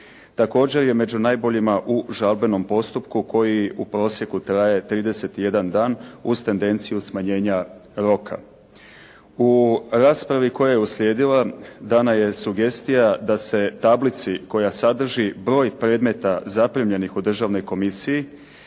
Također je među najboljima u žalbenom postupku koji u prosjeku traje 31 dan uz tedenciju smanjenja roka. U raspravi koja je uslijedila dana je sugestija da se tablici koja sadrži broj predmeta zapremljenih u državnoj komisiji